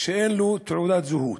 שאין לו תעודת זהות.